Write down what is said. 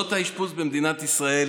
מוסדות האשפוז במדינת ישראל